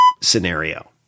scenario